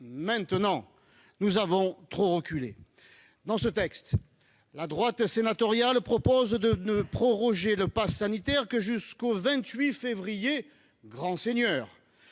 maintenant. Nous avons trop reculé ! Dans ce texte, la droite sénatoriale propose de ne proroger le passe sanitaire que jusqu'au 28 février. Quels grands seigneurs !